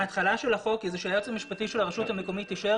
ההתחלה של החוק כי היועץ המשפטי של הרשות המקומית אישר